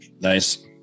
Nice